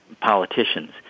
politicians